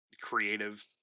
creative